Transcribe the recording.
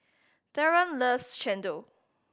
Theron loves chendol